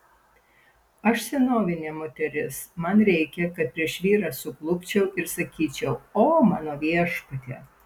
aš senovinė moteris man reikia kad prieš vyrą suklupčiau ir sakyčiau o mano viešpatie